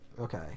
Okay